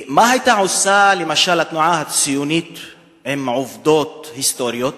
מה היתה עושה למשל התנועה הציונית עם עובדות היסטוריות